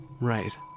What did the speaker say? Right